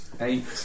Eight